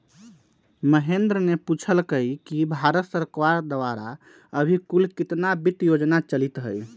महेंद्र ने पूछल कई कि भारत सरकार द्वारा अभी कुल कितना वित्त योजना चलीत हई?